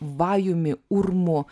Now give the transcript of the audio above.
vajumi urmu